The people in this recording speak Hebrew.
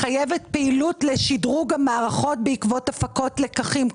מחייבת פעילות לשדרוג המערכות בעקבות הפקות לקחים.